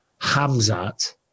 Hamzat